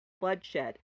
bloodshed